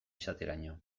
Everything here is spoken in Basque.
izateraino